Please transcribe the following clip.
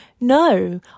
no